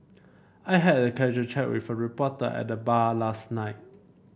I had a casual chat with a reporter at the bar last night